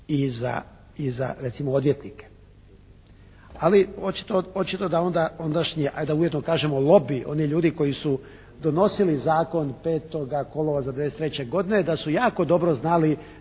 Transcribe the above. i za recimo odvjetnike. Ali očito da onda ondašnji hajde da uvjetno kažemo lobij, oni ljudi koji su donosili zakon 5. kolovoza '93. godine da su jako dobro znali